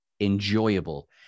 enjoyable